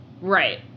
Right